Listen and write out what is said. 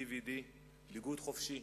די.וי.די.; ביגוד חופשי,